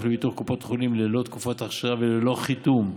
לביטוח של קופות חולים ללא תקופת אכשרה וללא חיתום,